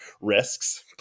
risks